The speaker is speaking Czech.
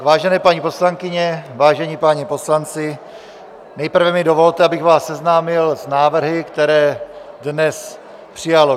Vážené paní poslankyně, vážení páni poslanci, nejprve mi dovolte, abych vás seznámil s návrhy, které dnes přijalo grémium.